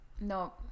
No